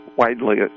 widely